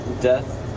death